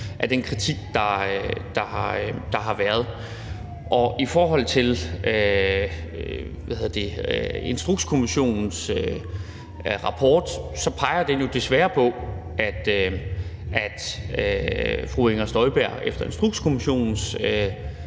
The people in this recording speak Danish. af den kritik, der har været. I forhold til Instrukskommissionens rapport peger den jo desværre på, at efter Instrukskommissionens vurdering